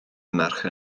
mercher